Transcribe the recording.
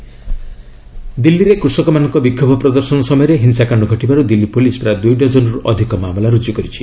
Delhi police farmers ଦିଲ୍ଲୀରେ କୃଷକମାନଙ୍କ ବିକ୍ଷୋଭ ପ୍ରଦର୍ଶନ ସମୟରେ ହିଂସାକାଣ୍ଡ ଘଟିବାରୁ ଦିଲ୍ଲୀ ପୁଲିସ୍ ପ୍ରାୟ ଦୁଇ ଡଜନ୍ରୁ ଅଧିକ ମାମଲା ରୁଜୁ କରିଛି